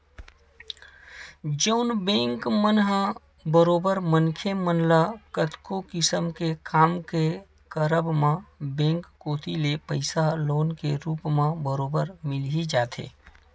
जउन बेंक मन ह बरोबर मनखे मन ल कतको किसम के काम के करब म बेंक कोती ले पइसा लोन के रुप म बरोबर मिल ही जाथे